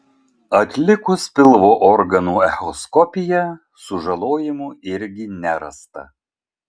atlikus pilvo organų echoskopiją sužalojimų irgi nerasta